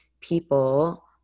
people